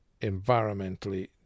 environmentally